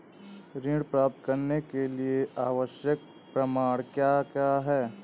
ऋण प्राप्त करने के लिए आवश्यक प्रमाण क्या क्या हैं?